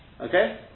Okay